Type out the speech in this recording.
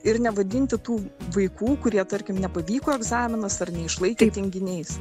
ir nevadinti tų vaikų kurie tarkim nepavyko egzaminas ar neišlaikė tinginiais